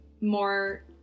more